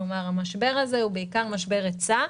כלומר המשבר הזה הוא בעיקר משבר היצע,